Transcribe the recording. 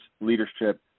leadership